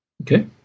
Okay